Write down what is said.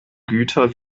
güter